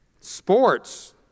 Sports